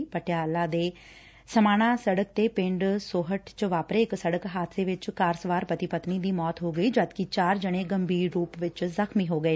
ਪੰਜਾਬ ਦੇ ਪਟਿਆਲਾ ਚ ਸਮਾਣਾ ਰੋਡ ਤੇ ਪਿੰਡ ਸੋਹਠ ਚ ਵਾਪਰੇ ਇਕ ਸੜਕ ਹਾਦਸੇ ਚ ਕਾਰ ਸਵਾਰ ਪਤੀ ਪਤਨੀ ਦੀ ਮੌਤ ਹੋ ਗਈ ਜਦਕਿ ਚਾਰ ਜਣੇ ਗੰਭੀਰ ਰੁਪ ਚ ਜਖਮੀ ਹੋ ਗਏ